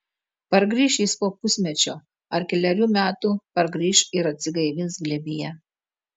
pargrįš jis po pusmečio ar kelerių metų pargrįš ir atsigaivins glėbyje